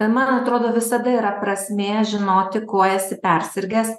man atrodo visada yra prasmė žinoti kuo esi persirgęs